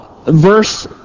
verse